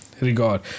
regard